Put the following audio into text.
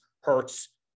hurts